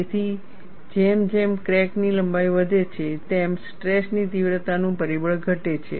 તેથી જેમ જેમ ક્રેક ની લંબાઈ વધે છે તેમ સ્ટ્રેસ ની તીવ્રતાનું પરિબળ ઘટે છે